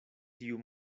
tiu